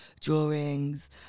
drawings